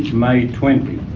may twenty.